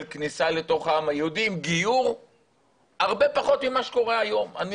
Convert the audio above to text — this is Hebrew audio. כניסה לתוך העם היהודי עם גיור הרבה פחות ממה שקורה היום,